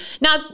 now